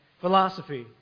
philosophy